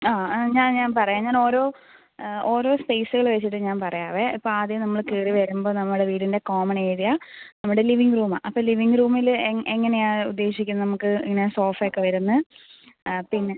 ആ ആ ഞാൻ ഞാൻ പറയാം ഞാൻ ഓരോ ഓരോ സ്പേസുകൾ വച്ചിട്ട് ഞാൻ പറയാവേ ഇപ്പോൾ ആദ്യം നമ്മൽ കയറി വരുമ്പോൾ നമ്മളെ വീടിൻ്റെ കോമൺ ഏരിയ നമ്മുടെ ലിവിംഗ് റൂമാണ് അപ്പോൾ ലിവിംഗ് റൂമിൽ എങ്ങനെയാണ് ഉദ്ദേശിക്കുന്നത് നമുക്ക് ഇങ്ങനെ സോഫ ഒക്കെ വരുന്നു ആ പിന്നെ